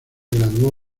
graduó